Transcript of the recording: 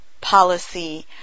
policy